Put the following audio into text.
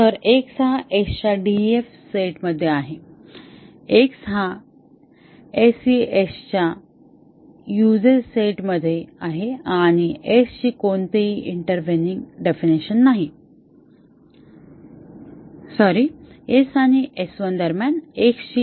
तर X हा S च्या DEF सेट मध्ये आहे X हा SES च्या USES सेट मध्ये आहे आणि S ची कोणतीही इंटरव्हेइंग डेफिनिशन नाही सॉरी S आणि S1 दरम्यान X ची